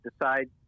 decide